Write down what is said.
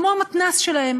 כמו מתנ"ס שלהם.